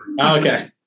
Okay